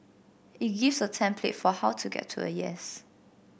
it gives a template for how to get to a yes